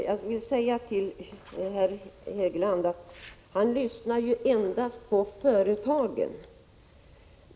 Herr talman! Herr Hegeland lyssnar ju endast på företagen.